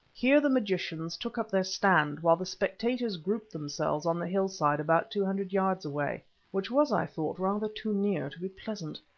here the magicians took up their stand, while the spectators grouped themselves on the hillside about two hundred yards away which was, i thought, rather too near to be pleasant.